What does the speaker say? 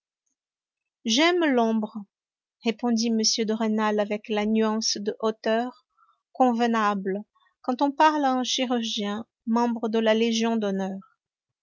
j'aime l'ombre répondit m de rênal avec la nuance de hauteur convenable quand on parle à un chirurgien membre de la légion d'honneur